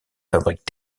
fabriques